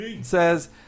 says